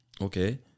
Okay